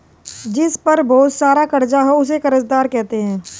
जिस पर बहुत सारा कर्ज हो उसे कर्जदार कहते हैं